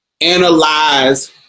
analyze